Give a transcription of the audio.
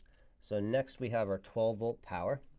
so next, we have our twelve volt power.